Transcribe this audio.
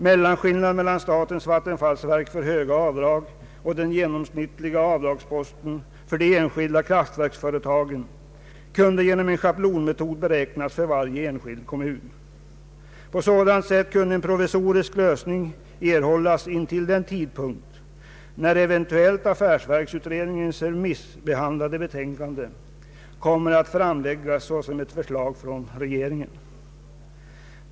Mellanskillnaden mellan statens vattenfallsverks för höga avdrag och den genomsnittliga avdragsposten för de enskilda kraftverksföretagen kunde genom en schablonmetod beräknas för varje enskild kommun. På sådant sätt kunde en provisorisk lösning erhållas intill den tidpunkt när eventuellt affärsverksutredningens remissbehandlade betänkande kommer att framläggas såsom ett förslag från regeringen.